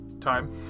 Time